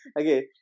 Okay